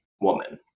woman